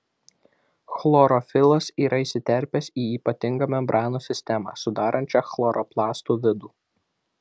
chlorofilas yra įsiterpęs į ypatingą membranų sistemą sudarančią chloroplastų vidų